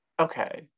Okay